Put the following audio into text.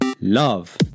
Love